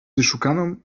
wyszukaną